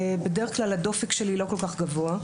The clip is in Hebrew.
בדרך כלל הדופק שלי לא כל כך גבוה.